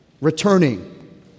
returning